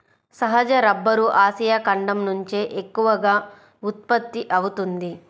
సహజ rubber Asia ఖండం నుంచే ఎక్కువగా ఉత్పత్తి అవుతోంది